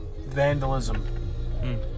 vandalism